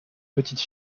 petite